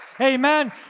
Amen